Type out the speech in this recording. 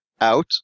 out